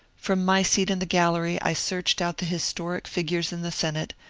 from my seat in the gallery i searched out the historic figures in the senate,